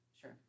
Sure